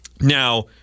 Now